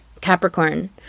Capricorn